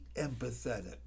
empathetic